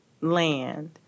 land